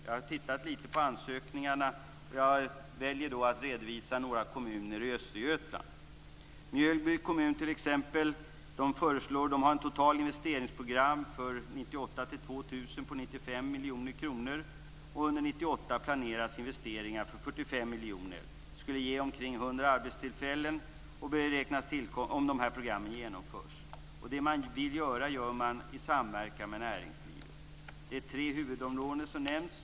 Jag har titta litet på ansökningarna. Jag väljer att redovisa förslag från några kommuner i Östergötland. Mjölby kommun, t.ex., har mellan 1998 och 2000 Under 1998 planeras investeringar för 45 miljoner. Det skulle ge omkring 100 arbetstillfällen om dessa program genomförs. Det man vill göra gör man i samverkan med näringslivet. Det är tre huvudområden som nämns.